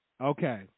okay